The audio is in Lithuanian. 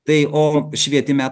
tai o švietime